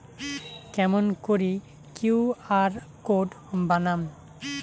কেমন করি QR code বানাম?